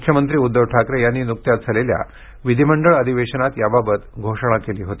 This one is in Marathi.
मुख्यमंत्री उद्धव ठाकरे यांनी नुकत्याच झालेल्या विधिमंडळ अधिवेशनात याबाबत घोषणा केली होती